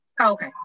okay